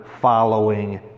following